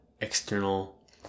external